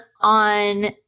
on